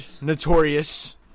notorious